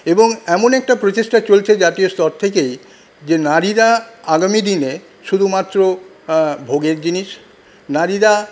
এবং এমন একটা প্রচেষ্টা চলছে জাতীয় স্তর থেকেই যে নারীরা আগামীদিনে শুধুমাত্র ভোগের জিনিস নারীরা